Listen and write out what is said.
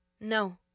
No